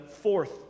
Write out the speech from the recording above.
fourth